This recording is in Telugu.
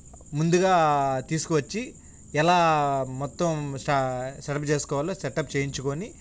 ముందుగా తీసుకొచ్చి ఎలా మొత్తం సెటప్ చేసుకోవాలో సెటప్ చేయించుకొని